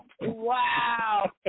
Wow